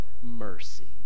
mercy